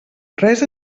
res